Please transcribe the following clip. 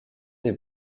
des